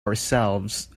ourselves